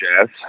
jazz